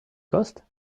cost